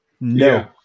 no